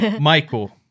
Michael